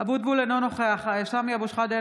(קוראת בשמות חברי הכנסת) סמי אבו שחאדה,